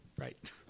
Right